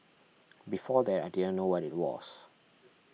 before that I didn't know what it was